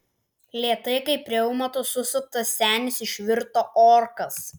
lėtai kaip reumato susuktas senis išvirto orkas